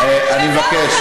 אני מבקש,